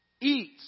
eats